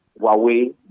Huawei